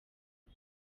ubu